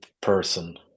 person